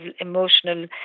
emotional